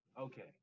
Okay